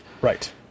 Right